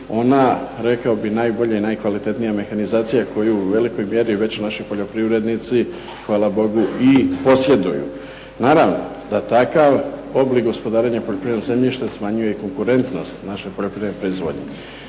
ona rekao bih najbolja i najkvalitetnija mehanizacija koju u velikoj mjeri već naši poljoprivrednici hvala Bogu i posjeduju. Naravno da takav oblik gospodarenja poljoprivrednim zemljištem smanjuje i konkurentnost naše poljoprivredne proizvodnje.